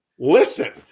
Listen